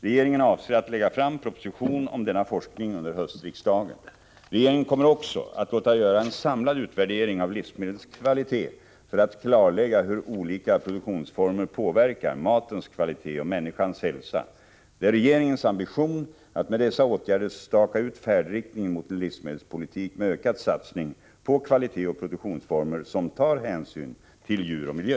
Regeringen avser att lägga fram proposition om denna forskning under höstriksdagen. Regeringen kommer också att låta göra en samlad utvärdering av livsmedlens kvalitet för att klarlägga hur olika produktionsformer påverkar matens kvalitet och människans hälsa. Det är regeringens ambition att med dessa åtgärder staka ut färdriktningen mot en livsmedelspolitik med ökad satsning på kvalitet och produktionsformer som tar hänsyn till djur och miljö.